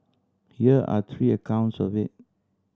here are three accounts of it